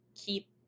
keep